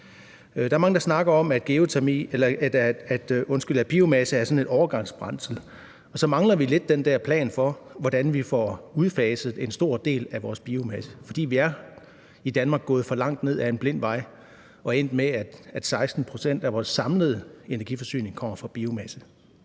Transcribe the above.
Der er mange, der snakker om, at biomasse er sådan et overgangsbrændsel, og så mangler vi lidt den der plan for, hvordan vi får udfaset en stor del af vores biomasse, for vi er i Danmark gået for langt ned ad en blind vej og endt med, at 16 pct. af vores samlede energiforsyning kommer fra biomasse.